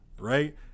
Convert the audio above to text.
right